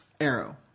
Arrow